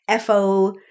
FO –